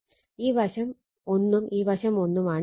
ഈ വശം 1 ഉം ഈ വശവും 1 ആണ്